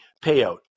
payout